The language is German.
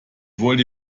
wollte